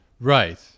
Right